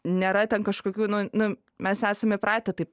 nėra ten kažkokių nu nu mes esam įpratę taip